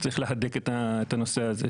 צריך להדק את הנושא הזה,